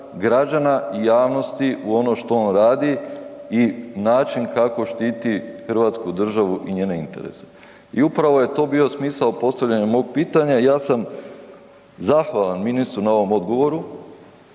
građana i javnosti u ono što ono radi i način kako štiti hrvatsku državu i njene interese i upravo je to bio smisao postavljanja mog pitanja, ja sam zahvalan ministru na ovom odgovoru,